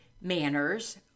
manners